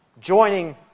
joining